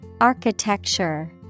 Architecture